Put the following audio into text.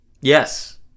Yes